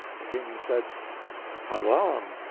the king said how long